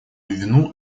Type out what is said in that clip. вину